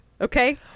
Okay